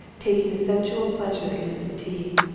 taking a sensual pleasure in its fatigue,